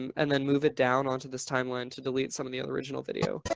and then move it down onto this timeline to delete some of the original video.